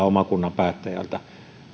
oman kunnan päättäjältä